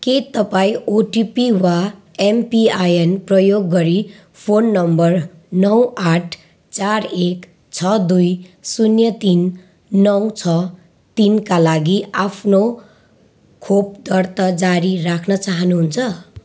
के तपाईँँ ओटिपी वा एमपिआइएन प्रयोग गरी फोन नम्बर नौ आठ चार एक छ दुई शून्य तिन नौ छ तिनका लागि आफ्नो खोप दर्ता जारी राख्न चाहनुहुन्छ